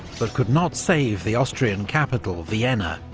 but could not save the austrian capital vienna,